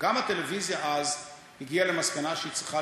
גם הטלוויזיה אז הגיעה למסקנה שהיא צריכה